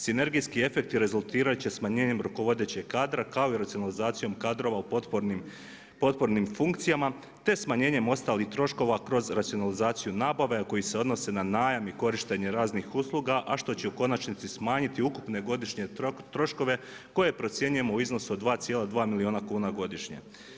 Sinergijski efekti rezultirati će smanjenje rukovodećeg kadra, kao i racionalizacijom kadrova u potpornim funkcijama te smanjenje ostalih troškova kroz racionalizaciju nabave, a koje se odnose na najam i korištenje raznih usluga, a što će u konačnici smanjiti ukupne godišnje troškove, koje procjenjujemo u iznosu od 2,2 milijuna kuna godišnje.